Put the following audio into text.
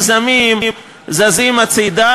מזוין נגד מדינת ישראל לא יוכל לכהן בבית-המחוקקים הזה,